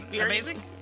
amazing